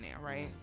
right